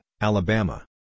Alabama